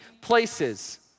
places